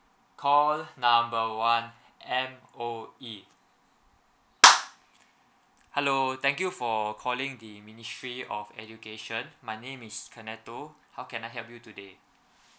call number one M_O_E hello thank you for calling the ministry of education my name is kenneth tho how can I help you today